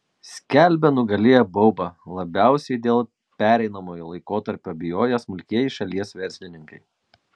skelbia nugalėję baubą labiausiai dėl pereinamojo laikotarpio bijoję smulkieji šalies verslininkai